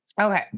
Okay